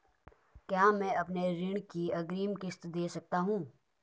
क्या मैं अपनी ऋण की अग्रिम किश्त दें सकता हूँ?